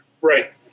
Right